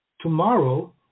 tomorrow